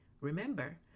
Remember